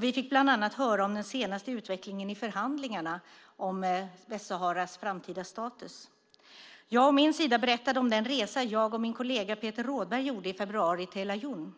Vi fick bland annat höra om den senaste utvecklingen i förhandlingarna om Västsaharas framtida status. Jag å min sida berättade om den resa jag och min kollega Peter Rådberg gjorde i februari till El-Aaiún,